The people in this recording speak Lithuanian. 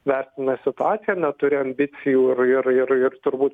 vertina situaciją neturi ambicijų ir ir ir ir turbūt